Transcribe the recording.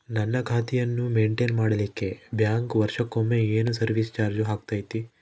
ನನ್ನ ಖಾತೆಯನ್ನು ಮೆಂಟೇನ್ ಮಾಡಿಲಿಕ್ಕೆ ಬ್ಯಾಂಕ್ ವರ್ಷಕೊಮ್ಮೆ ಏನು ಸರ್ವೇಸ್ ಚಾರ್ಜು ಹಾಕತೈತಿ?